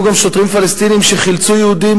היו גם שוטרים פלסטינים שחילצו יהודים